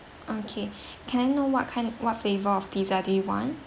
okay can I know what kind what flavour of pizza do you want